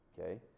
Okay